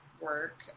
work